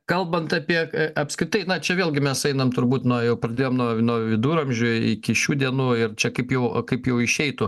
kalbant apie apskritai na čia vėlgi mes einam turbūt nuo jau pradėjom nuo nuo viduramžių iki šių dienų ir čia kaip jau o kaip jau išeitų